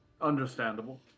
Understandable